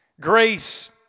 Grace